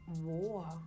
War